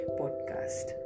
podcast